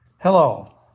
Hello